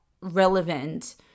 relevant